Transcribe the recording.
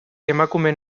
emakumeen